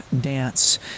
dance